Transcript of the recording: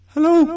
Hello